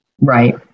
Right